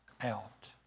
out